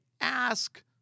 ask